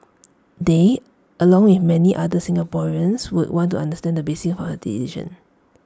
they along with many other Singaporeans would want to understand the basis of her decision